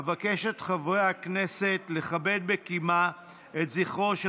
אבקש את חברי הכנסת לכבד בקימה את זכרו של